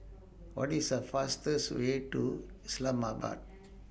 What IS The fastest Way to Islamabad